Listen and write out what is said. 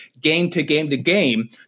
game-to-game-to-game